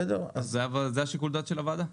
אבל זה שיקול הדעת של הוועדה.